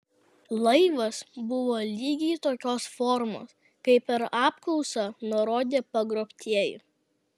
laivas buvo lygiai tokios formos kaip per apklausą nurodė pagrobtieji